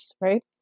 right